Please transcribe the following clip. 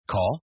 Call